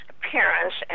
parents